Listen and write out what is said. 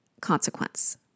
consequence